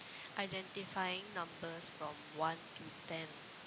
identifying numbers from one to ten